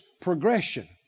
progression